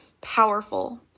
Powerful